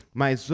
mas